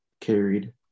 carried